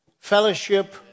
Fellowship